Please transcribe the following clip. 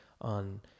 on